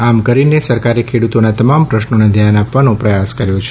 આમ કરીને સરકારે ખેડૂતોના તમામ પ્રશ્નોને ધ્યાન આપવાનો પ્રયાસ કર્યો છે